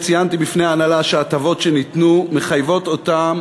ציינתי בפני ההנהלה שההטבות שניתנו מחייבות אותם